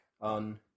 on